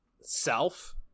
Self